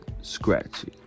Scratchy